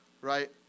right